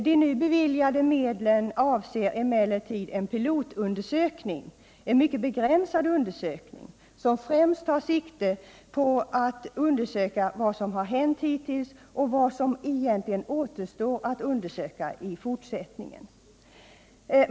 De nu beviljade medlen avser emellertid en pilotundersökning — en mycket begränsad undersökning som främst tar sikte på vad som har hänt hittills och vad som kan återstå att undersöka i fortsättningen.